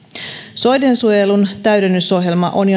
soidensuojelun täydennysohjelma on